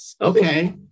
Okay